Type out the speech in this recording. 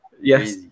Yes